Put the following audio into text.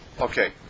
Okay